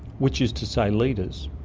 which is to say leaders,